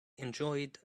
enjoyed